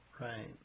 Right